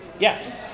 Yes